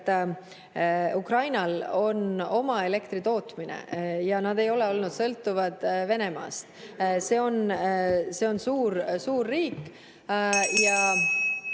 Ukrainal on oma elektritootmine ja nad ei ole olnud sõltuvad Venemaast. See on suur riik.